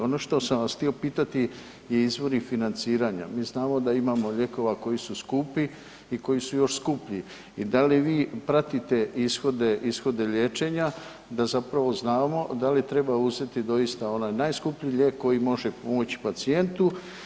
Ono što sam vas htio pitati, izvori financiranja, mi znamo da imamo lijekova koji su skupi i koji su još skuplji i da li vi pratite ishode liječenja da znamo da li treba uzeti doista ona najskuplji lijek koji može pomoći pacijentu?